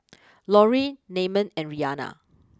Lorrie Namon and Rhianna